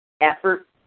effort